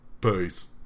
Peace